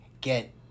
get